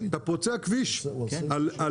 אתה פוצע כביש 20,